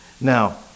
Now